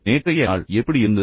சரி நேற்றைய சரி எப்படி இருந்தது